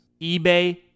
ebay